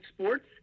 sports